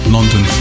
London